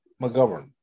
McGovern